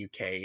uk